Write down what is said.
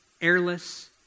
airless